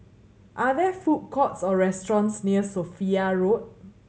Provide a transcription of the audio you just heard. are there food courts or restaurants near Sophia Road